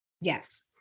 Yes